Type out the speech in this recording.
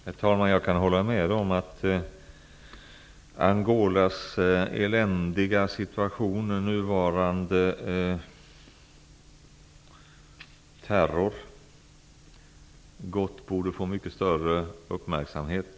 Herr talman! Jag kan hålla med om att den eländiga situationen och nuvarande terrorn i Angola borde få mycket större uppmärksamhet.